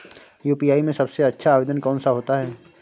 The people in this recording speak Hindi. यू.पी.आई में सबसे अच्छा आवेदन कौन सा होता है?